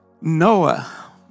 Noah